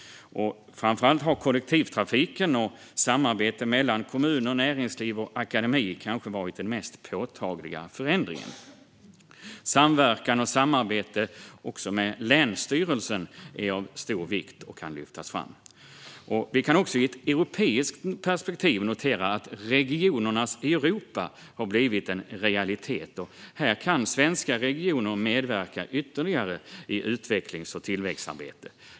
Kollektivtrafiken och samarbetet mellan kommuner, näringsliv och akademi har kanske varit den mest påtagliga förändringen. Samverkan och samarbete också med länsstyrelsen är av stor vikt och kan lyftas fram. Vi kan i ett europeiskt perspektiv också notera att regionernas Europa har blivit en realitet. Här kan svenska regioner medverka ytterligare i utvecklings och tillväxtarbete.